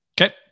Okay